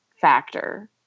factor